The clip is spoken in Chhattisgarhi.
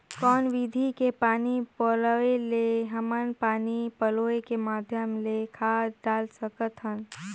कौन विधि के पानी पलोय ले हमन पानी पलोय के माध्यम ले खाद डाल सकत हन?